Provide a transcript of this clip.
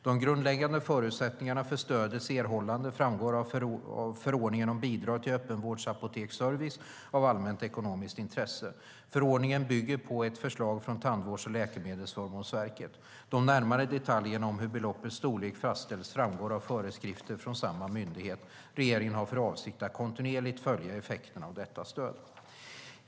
De grundläggande förutsättningarna för erhållande av stödet framgår av förordningen om bidrag till öppenvårdsapoteksservice av allmänt ekonomiskt intresse. Förordningen bygger på ett förslag från Tandvårds och läkemedelsförmånsverket. De närmare detaljerna om hur beloppets storlek fastställs framgår av föreskrifter från samma myndighet. Regeringen har för avsikt att kontinuerligt följa effekterna av detta stöd.